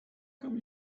come